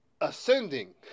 ascending